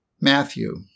Matthew